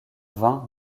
vain